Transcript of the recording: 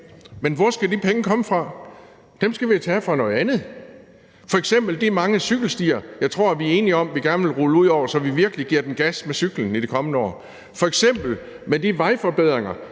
Men hvor skal de penge komme fra? Dem skal vi jo tage fra noget andet, som f.eks. de mange cykelstier, jeg tror vi er enige om vi gerne vil rulle ud, så vi virkelig giver den gas på cykelområdet i de kommende år, og f.eks. fra de vejforbedringer,